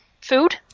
food